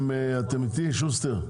אתם איתי, שוסטר?